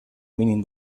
mínim